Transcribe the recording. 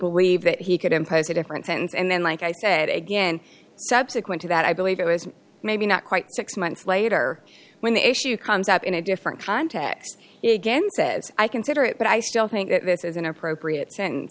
believed that he could impose a different sentence and then like i said again subsequent to that i believe it was maybe not quite six months later when the issue comes up in a different context it again says i consider it but i still think that this is an appropriate